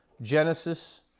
Genesis